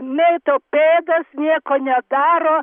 mėto pėdas nieko nedaro